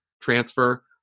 transfer